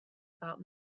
about